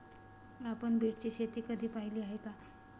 आपण बीटची शेती कधी पाहिली आहे का?